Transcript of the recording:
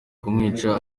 kumwica